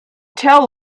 tell